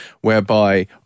whereby